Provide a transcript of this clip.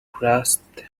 grasped